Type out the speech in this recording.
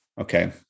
okay